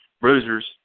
Bruisers